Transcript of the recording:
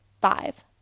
Five